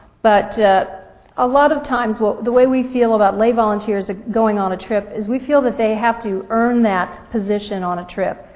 but a lot of times the way we feel about lay volunteers going on a trip is we feel that they have to earn that position on a trip,